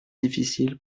difficile